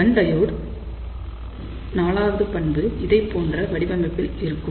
கண் டையோடின் IV பண்பு இதைப்போன்ற வடிவத்தில் இருக்கும்